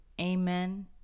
Amen